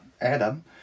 Adam